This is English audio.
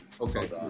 Okay